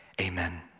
Amen